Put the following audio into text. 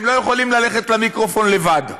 הם לא יכולים ללכת למיקרופון לבד.